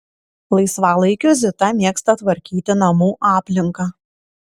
laisvalaikiu zita mėgsta tvarkyti namų aplinką